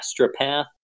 astropath